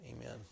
amen